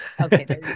Okay